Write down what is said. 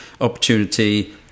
opportunity